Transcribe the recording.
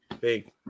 big